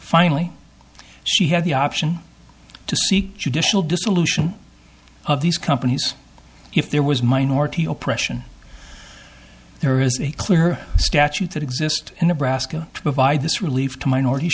finally she had the option to seek judicial dissolution of these companies if there was minority oppression there is a clear statute that exist in nebraska to provide this relief to minorit